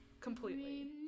completely